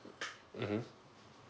mmhmm